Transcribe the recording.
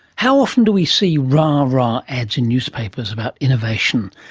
how often do we see rah-rah ads in newspaper about innovation?